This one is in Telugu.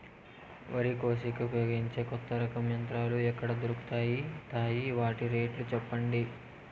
వరి కోసేకి ఉపయోగించే కొత్త రకం యంత్రాలు ఎక్కడ దొరుకుతాయి తాయి? వాటి రేట్లు చెప్పండి?